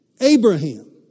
Abraham